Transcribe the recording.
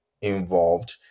involved